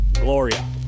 Gloria